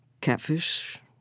catfish